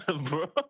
bro